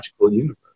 universe